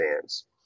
fans